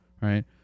right